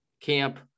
camp